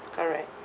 correct